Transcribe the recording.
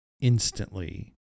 instantly